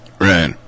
right